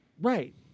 Right